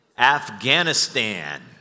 Afghanistan